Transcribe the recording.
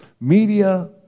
media